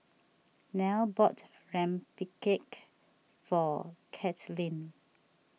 Nelle bought Rempeyek for Kaitlin